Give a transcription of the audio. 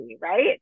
right